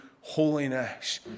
holiness